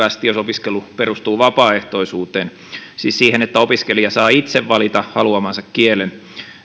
jos opiskelu perustuu vapaaehtoisuuteen siis siihen että opiskelija saa itse valita haluamansa kielen